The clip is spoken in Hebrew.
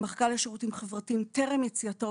במחלקה לשירותים חברתיים טרם יציאתו,